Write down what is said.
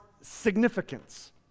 significance